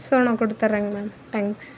so நான் கொடுத்தறேங் ma'am thanks